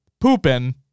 pooping